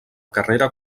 carrera